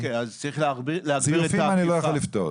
אוקיי, אז צריך להגביר את האכיפה.